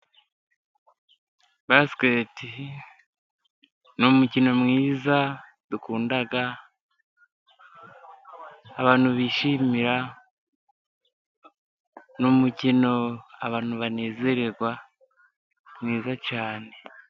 Basiketi ni umukino mwiza, dukunda, abantu bishimira, ni mukino abantu banezererwa, mwiza cyane.